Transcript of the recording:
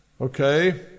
okay